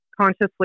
consciously